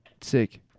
Sick